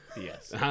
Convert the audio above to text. Yes